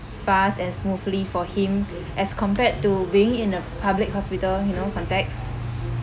fast and smoothly for him as compared to being in a public hospital you know context